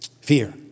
Fear